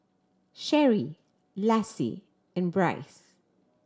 Cherie Lassie and Brice